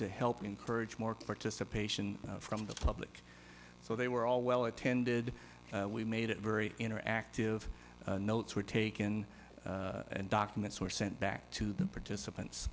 to help encourage more participation from the public so they were all well attended we made it very interactive notes were taken and documents were sent back to the participants